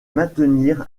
maintenir